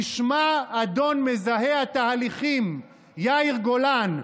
תשמע אדון מזהה התהליכים יאיר גולן.